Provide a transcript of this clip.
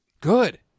Good